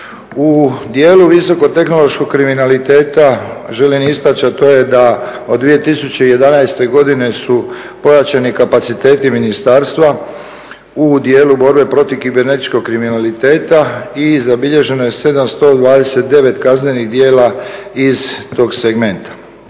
U dijelu visoko tehnološkog kriminaliteta želim istaći, a to je da od 2011. godine su pojačani kapaciteti ministarstva u dijelu borbe protiv kibernetičkog kriminaliteta i zabilježeno je 792 kaznenih djela iz tog segmenta.